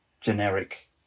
generic